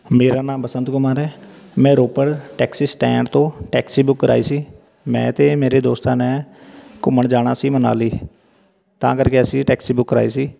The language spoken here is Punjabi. ਮੇਰਾ ਨਾਮ ਬਸੰਤ ਕੁਮਾਰ ਹੈ ਮੈਂ ਰੋਪੜ ਟੈਕਸੀ ਸਟੈਂਡ ਤੋਂ ਟੈਕਸੀ ਬੁੱਕ ਕਰਵਾਈ ਸੀ ਮੈਂ ਅਤੇ ਮੇਰੇ ਦੋਸਤਾਂ ਨੇ ਘੁੰਮਣ ਜਾਣਾ ਸੀ ਮਨਾਲੀ ਤਾਂ ਕਰਕੇ ਅਸੀਂ ਟੈਕਸੀ ਬੁੱਕ ਕਰਵਾਈ ਸੀ